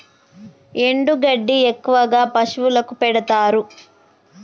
ఎండు గడ్డి ఎక్కువగా పశువులకు పెడుతారు